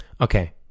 Okay